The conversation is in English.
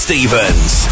Stevens